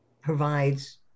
provides